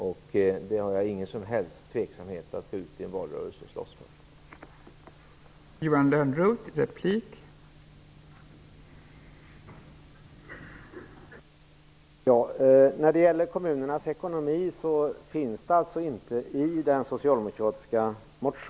Jag hyser ingen som helst tveksamhet inför att gå ut i en valrörelse och slåss för detta.